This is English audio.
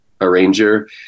arranger